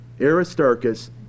Aristarchus